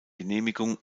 genehmigung